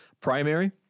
primary